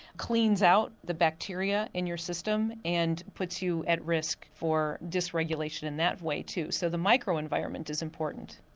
cleans out the bacteria in your system and puts you at risk for disregulation in that way too. so the micro environment is important.